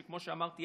שכמו שאמרתי,